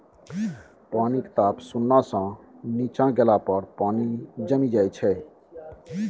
पानिक ताप शुन्ना सँ नीच्चाँ गेला पर पानि जमि जाइ छै